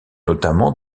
notamment